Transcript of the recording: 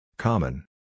Common